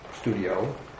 studio